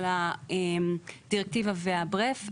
יש נושא נוסף שעלה וזה הנושא של הקצאת המשאבים.